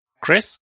Chris